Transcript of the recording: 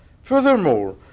Furthermore